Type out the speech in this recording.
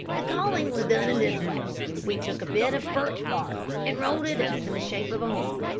the calling was done in this way we took a bit of birch bark and rolled it up in the shape of a horn.